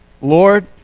Lord